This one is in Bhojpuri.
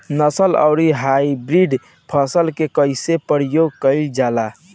नस्ल आउर हाइब्रिड फसल के कइसे प्रयोग कइल जाला?